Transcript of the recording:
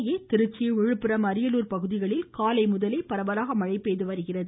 இதனிடையே திருச்சி விழுப்புரம் அரியலூர் பகுதிகளில் காலை முதலே பரவலாக மழை பெய்துவருகிறது